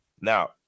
Now